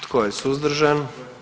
Tko je suzdržan?